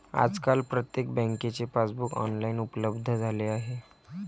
आजकाल प्रत्येक बँकेचे पासबुक ऑनलाइन उपलब्ध झाले आहे